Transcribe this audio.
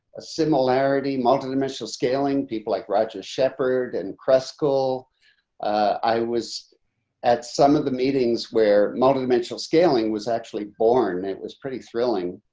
a similarity multidimensional scaling people like roger shepard and kruskal i was at some of the meetings where multidimensional scaling was actually born, it was pretty thrilling.